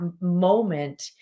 moment